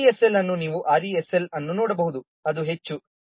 RESL ಅನ್ನು ನೀವು ಇಲ್ಲಿ RESL ಅನ್ನು ನೋಡಬಹುದು ಅದು ಹೆಚ್ಚು ಅದು 2